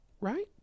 Right